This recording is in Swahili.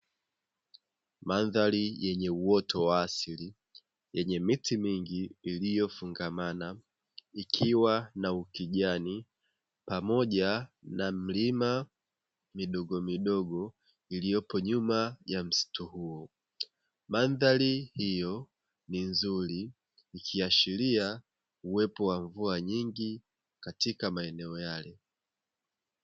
Mandhari yenye uoto wa asili yenye miti mingi iliyofungamana ikiwa na ukijani pamoja na milima midogo midogo iliyopo nyuma ya msitu huo. Mandhari hiyo ni nzuri ikiashiria uwepo wa mvua nyingi katika maeneo yale.